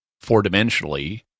four-dimensionally